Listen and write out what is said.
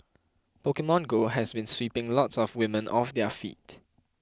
Pokemon Go has been sweeping lots of women off their feet